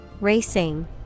racing